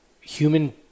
Human